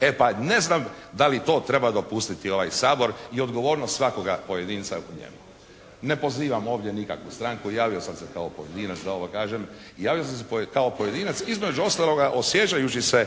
E pa ne znam da li to treba dopustiti ovaj Sabor i odgovornost svakoga pojedinca u njemu. Ne pozivam ovdje nikakvu stranku, javio sam se kao pojedinac da ovo kažem. Javio sam se kao pojedinac, između ostaloga osjećajući se